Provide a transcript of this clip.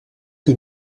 que